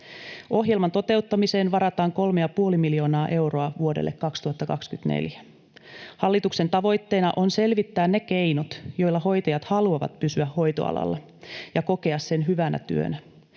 Ohjelman toteuttamiseen varataan 3,5 miljoonaa euroa vuodelle 2024. Hallituksen tavoitteena on selvittää ne keinot, joilla hoitajat haluavat pysyä hoitoalalla ja kokea sen hyvänä työnä,